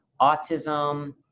autism